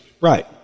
right